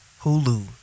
Hulu